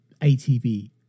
ATV